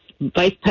Vice